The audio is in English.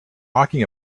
talking